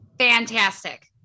Fantastic